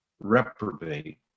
reprobate